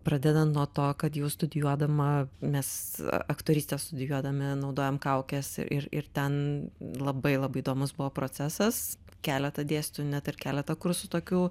pradedant nuo to kad jau studijuodama mes aktorystę studijuodami naudojom kaukes ir ir ten labai labai įdomus buvo procesas keleta dėstytojų net ir keleta kursų tokių